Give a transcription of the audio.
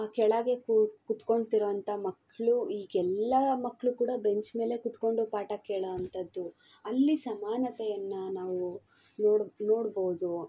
ಕೆಳಗೆ ಕುತ್ಕೊತಿರುವಂಥ ಮಕ್ಕಳು ಈಗೆಲ್ಲ ಮಕ್ಕಳು ಕೂಡ ಬೆಂಚ್ ಮೇಲೆ ಕುತ್ಕೊಂಡು ಪಾಠ ಕೇಳೊವಂಥದ್ದು ಅಲ್ಲಿ ಸಮಾನತೆಯನ್ನು ನಾವು ನೋಡ್ಬೋದು